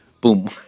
boom